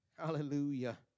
Hallelujah